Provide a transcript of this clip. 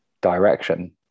direction